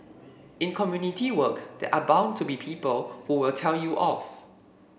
in community work there are bound to be people who will tell you off